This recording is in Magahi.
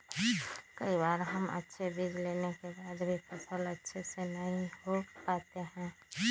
कई बार हम अच्छे बीज लेने के बाद भी फसल अच्छे से नहीं हो पाते हैं?